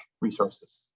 resources